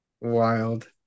Wild